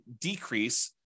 decrease